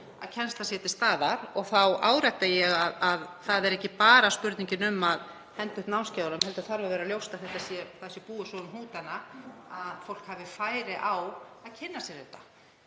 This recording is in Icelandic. að kennslan sé til staðar. Og þá árétta ég að það er ekki bara spurningin um að henda upp námskeiðunum heldur þarf að vera ljóst að búið sé svo um hnútana að fólk hafi færi á að kynna sér þessi